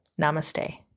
Namaste